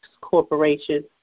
Corporation